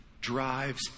drives